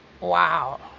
Wow